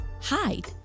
hide